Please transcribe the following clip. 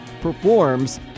performs